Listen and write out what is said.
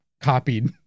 copied